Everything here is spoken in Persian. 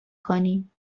کنیم